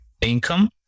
income